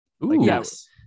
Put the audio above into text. yes